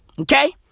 Okay